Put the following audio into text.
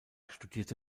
studierte